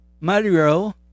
Mario